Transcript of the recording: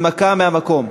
הנמקה מהמקום.